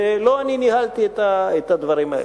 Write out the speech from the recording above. ולא אני ניהלתי את הדברים האלה.